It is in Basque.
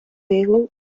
digu